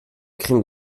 crime